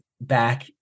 back